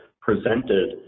presented